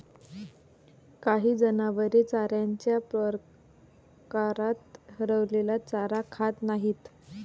काही जनावरे चाऱ्याच्या प्रकारात हरवलेला चारा खात नाहीत